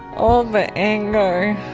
all the anger,